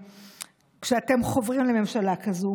כשאתם חוברים לממשלה כזו?